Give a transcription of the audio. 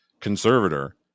conservator